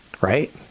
right